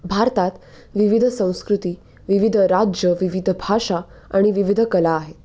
भारतात विविध संस्कृती विविध राज्य विविध भाषा आणि विविध कला आहेत